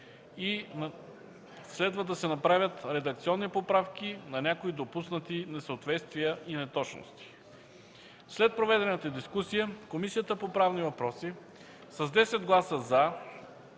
- Следва да се направят редакционни поправки на някои допуснати несъответствия и неточности. След проведената дискусия, Комисията по правни въпроси: - с 10 гласа